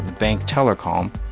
bank teller calm,